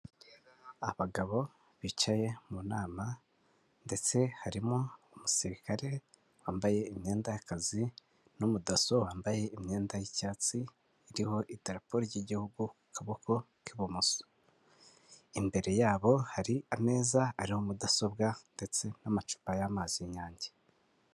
Abagabo bicaye mu nama ndetse harimo umusirikare wambaye imyenda y'akazi n'umudaso wambaye imyenda y'icyatsi iriho idarapo ry'igihugu ku kaboko k'ibumoso. Imbere yabo hari ameza ariho mudasobwa ndetse n'amacupa y'amazi y'Inyange.